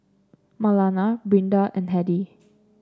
Marlana Brinda and Hedy